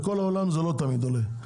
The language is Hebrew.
בכל העולם זה לא תמיד עולה.